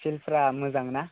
फिल्डफ्रा मोजां ना